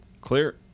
clear